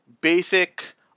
basic